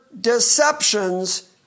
deceptions